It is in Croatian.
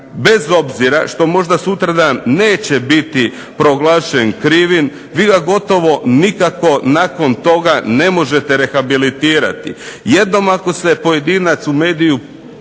bez obzira što možda sutradan neće biti proglašen krivim, vi ga gotovo nikako nakon toga ne možete rehabilitirati.